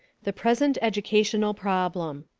the present educational problem.